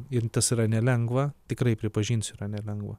ir tas yra nelengva tikrai pripažinsiu yra nelengva